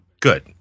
good